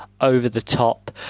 over-the-top